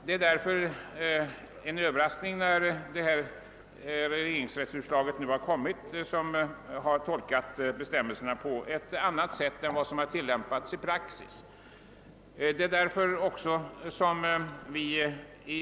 Det regeringsrättsutslag som nu kommit innebär därför en överraskning. Det har tolkat bestämmelserna på ett annat sätt än som tidigare tillämpats.